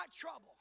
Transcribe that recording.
trouble